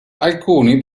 alcuni